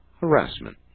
harassment